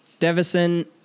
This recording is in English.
Devison